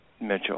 Mitchell